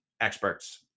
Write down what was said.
experts